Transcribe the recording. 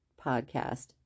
podcast